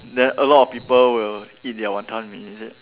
then a lot of people will eat their Wanton-Mee is it